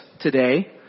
today